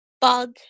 bug